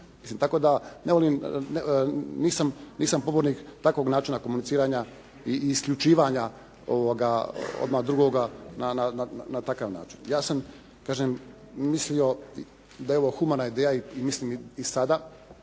tako da nisam pobornik takvog načina komuniciranja i isključivanja odmah drugoga na takav način. Ja sam, kažem, mislio da je ovo humana ideja i mislim i sada.